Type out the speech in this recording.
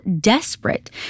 desperate